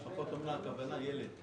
משפחות אומנה הכוונה ילד,